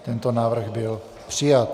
Tento návrh byl přijat.